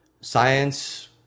Science